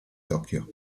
tokyo